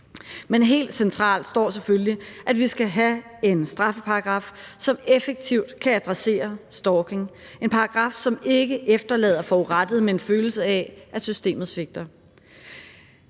Men helt centralt står selvfølgelig, at vi skal have en straffeparagraf, som effektivt kan adressere stalking, en paragraf, som ikke efterlader forurettede med en følelse af, at systemet svigter.